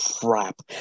Crap